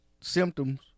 symptoms